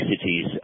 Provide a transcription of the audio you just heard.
cities